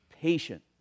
patient